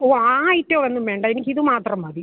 ഓ ആ ഐറ്റം ഒന്നും വേണ്ട എനിക്ക് ഇത് മാത്രം മതി